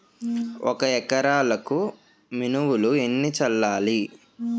ఒక ఎకరాలకు మినువులు ఎన్ని చల్లాలి?